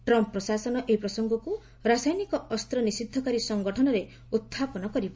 Trump ପ୍ରଶାସନ ଏହି ପ୍ରସଙ୍ଗକୁ ରାସାୟନିକ ଅସ୍ତ୍ର ନିଷିଦ୍ଧକାରୀ ସଂଗଠନରେ ଉହ୍ଚାପନ କରିବ